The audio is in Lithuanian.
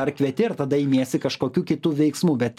ar kvieti ar tada imiesi kažkokių kitų veiksmų bet